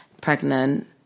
pregnant